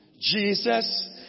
Jesus